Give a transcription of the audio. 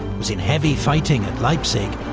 was in heavy fighting at leipzig,